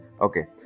Okay